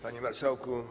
Panie Marszałku!